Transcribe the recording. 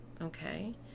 okay